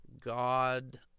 God